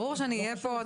ברור שאני אהיה פה,